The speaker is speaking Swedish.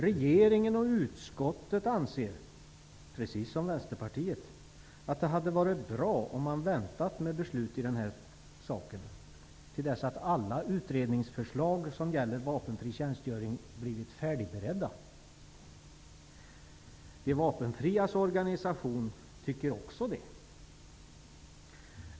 Regeringen och utskottet anser, precis som Vänsterpartiet, att det hade varit bra om man hade väntat med beslut i den här frågan till dess att alla utredningsförslag som gäller vapenfri tjänstgöring blivit färdigberedda. Också de vapenfrias organisation tycker det.